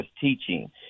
teaching